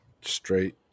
straight